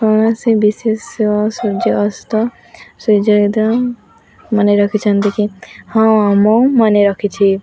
କୌଣସି ବିଶେଷ ସୂର୍ଯ୍ୟ ଅସ୍ତ ସୂର୍ଯ୍ୟୋଦୟ ମନେ ରଖିଛନ୍ତି କି ହଁ ମୁଁ ମନେ ରଖିଛି